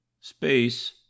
space